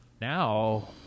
now